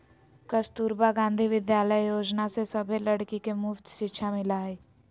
कस्तूरबा गांधी विद्यालय योजना से सभे लड़की के मुफ्त शिक्षा मिला हई